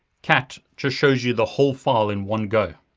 cat just shows you the whole file in one go.